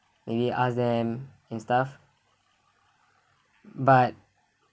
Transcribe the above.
maybe ask them and stuff but